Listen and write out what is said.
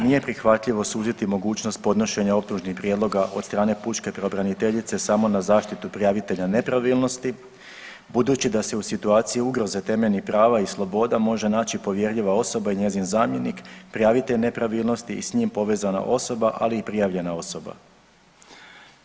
Nije prihvatljivo suditi mogućnost podnošenja optužnih prijedloga od strane pučke pravobraniteljice samo na zaštitu prijavitelja nepravilnosti, budući da se u situaciji ugroze temeljnih prava i sloboda može naći povjerljiva osoba i njezin zamjenik prijavitelj nepravilnosti i s njim povezana osoba, ali i prijavljena osoba.